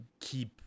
keep